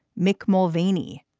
mick mulvaney.